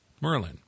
Merlin